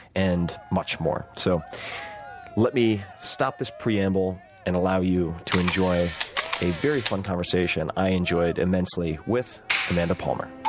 and much more. so let me stop this preamble and allow you to enjoy a very fun conversation i enjoyed immensely with amanda palmer.